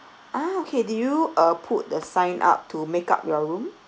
ah okay did you uh put the sign up to make up your room